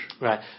Right